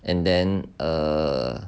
and then uh